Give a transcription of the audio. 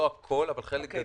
לא הכול, אבל חלק גדול.